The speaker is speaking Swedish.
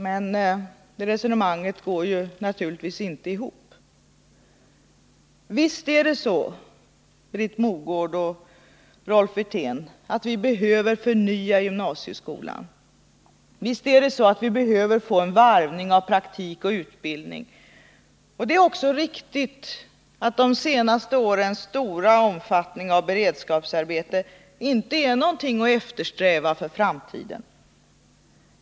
Men det resonemanget går naturligtvis inte ihop. Visst är det så, Britt Mogård och Rolf Wirtén, att vi behöver förnya gymnasieskolan. Visst behöver vi få en varvning av praktik och utbildning. Det är också riktigt att de senaste årens stora omfattning av beredskapsarbete inte är någonting att eftersträva för framtiden.